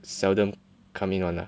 seldom come in [one] lah